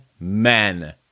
men